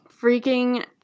Freaking